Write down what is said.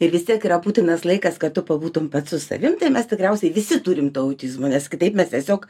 ir vis tiek yra būtinas laikas kad tu pabūtum pats su savim tai mes tikriausiai visi turim tą autizmo nes kitaip mes tiesiog